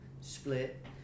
Split